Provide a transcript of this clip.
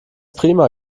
prima